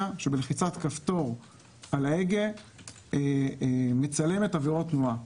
שבלחיצת כפתור על ההגה מצלמת עבירות תנועה.